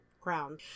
crown